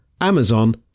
Amazon